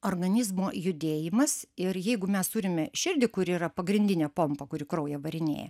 organizmo judėjimas ir jeigu mes turime širdį kuri yra pagrindinė pompa kuri kraują varinėja